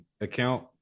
account